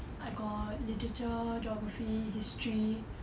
I got literature geography history